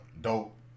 Dope